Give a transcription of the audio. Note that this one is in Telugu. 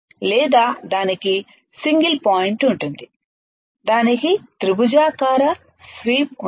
లేదా దానికి సింగిల్ పాయింట్ ఉంటుంది దానికి త్రిభుజాకార స్వీప్ ఉంటుంది